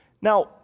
Now